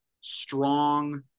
strong